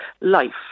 life